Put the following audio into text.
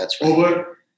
over